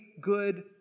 good